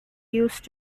used